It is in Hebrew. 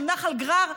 של נחל גרר,